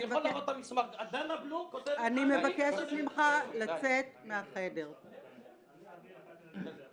אני מבקשת --- אני יכול להראות את המסמך.